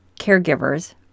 caregivers